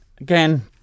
again